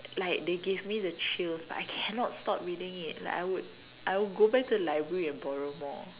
like they give me the chills but I cannot stop reading it like I would I would go back to the library and borrow more